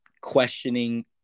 questioning